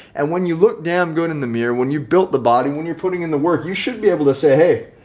and when you look damn good in the mirror, when you build the body, when you're putting in the work, you shouldn't be able to say, hey,